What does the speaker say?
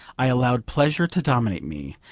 i allowed pleasure to dominate me.